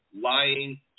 lying